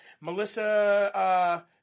Melissa